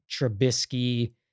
Trubisky